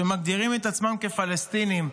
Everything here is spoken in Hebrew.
שמגדירים את עצמם פלסטינים,